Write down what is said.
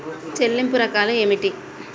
చెల్లింపు రకాలు ఏమిటి?